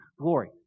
glory